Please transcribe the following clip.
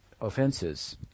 offenses